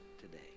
today